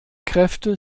kräfte